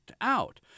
out